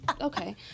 Okay